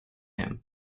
him